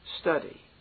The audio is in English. study